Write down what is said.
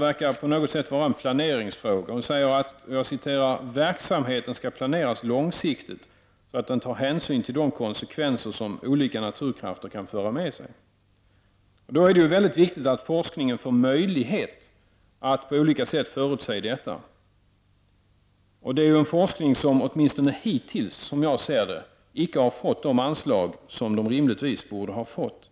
verkar det på något sätt vara en planeringsfråga. Hon säger att verksamheten skall planeras långsiktigt, så att den tar hänsyn till de konsekvenser som olika naturkrafter kan föra med sig. Det är då viktigt att forskningen får möjlighet att på olika sätt förutsätta detta. Det är en forskning som åtminstone hittills, som jag ser det, icke har fått de anslag som den rimligtvis borde ha fått.